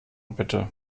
bitte